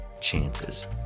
chances